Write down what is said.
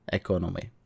economy